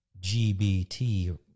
GBT